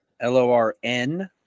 L-O-R-N